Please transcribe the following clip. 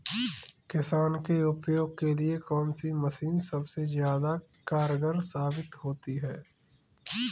किसान के उपयोग के लिए कौन सी मशीन सबसे ज्यादा कारगर साबित होती है?